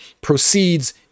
proceeds